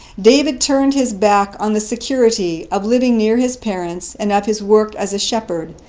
david turned his back on the security of living near his parents and of his work as a shepherd,